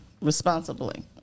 responsibly